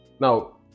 now